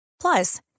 plus